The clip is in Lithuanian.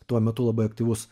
tuo metu labai aktyvus